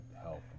help